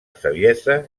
saviesa